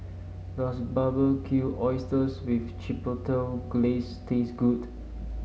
does Barbecued Oysters with Chipotle Glaze taste good